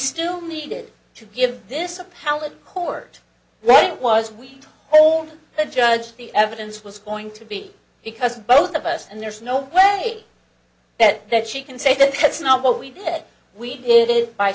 still needed to give this appellate court what it was we told the judge the evidence was going to be because both of us and there's no way that that she can say that that's not what we did we did it by